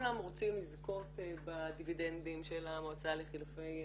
כולם רוצים לזכות בדיבידנדים של המועצה לחילופי נוער.